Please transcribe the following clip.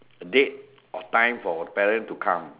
date or time for parent to come